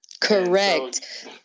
Correct